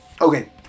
Okay